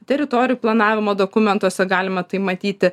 teritorijų planavimo dokumentuose galima tai matyti